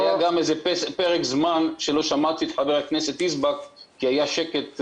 היה גם פרק זמן שלא שמעתי את חברת הכנסת יזבק כי היה שקט,